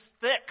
thick